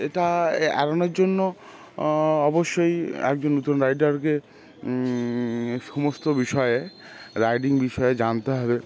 এটা এড়ানোর জন্য অবশ্যই একজন নতুন রাইডারকে সমস্ত বিষয়ে রাইডিং বিষয়ে জানতে হবে